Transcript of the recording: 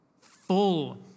full